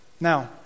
Now